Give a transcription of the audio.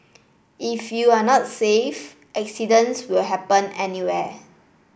if you're not safe accidents will happen anyway